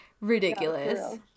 ridiculous